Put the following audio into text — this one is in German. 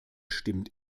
stimmt